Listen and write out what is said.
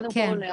קודם כל,